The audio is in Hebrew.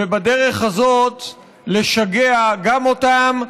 ובדרך הזאת לשגע גם אותם,